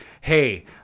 hey